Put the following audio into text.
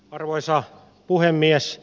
arvoisa puhemies